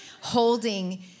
Holding